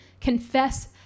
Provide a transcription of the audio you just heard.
confess